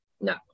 no